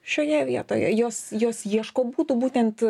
šioje vietoje jos jos ieško būtų būtent